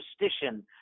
superstition